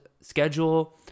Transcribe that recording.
schedule